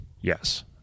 Yes